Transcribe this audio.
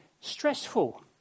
stressful